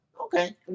Okay